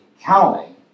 counting